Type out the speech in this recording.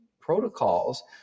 protocols